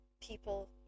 people